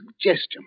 suggestion